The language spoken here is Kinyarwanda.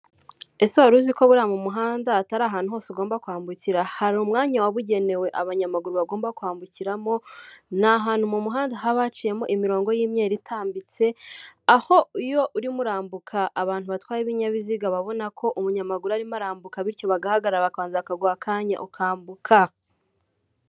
Sitasiyo ya enjeni iri ku ku muhanda hirya hari rompuwe ya jaride itara rihagazemo, ipoto ndende iriho insinga nyinshi, umumotari uhetse igikapu.